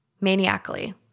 Maniacally